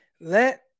Let